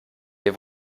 wir